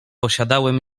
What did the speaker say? posiadałem